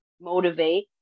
motivate